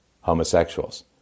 homosexuals